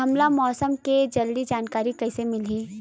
हमला मौसम के जल्दी जानकारी कइसे मिलही?